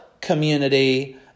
community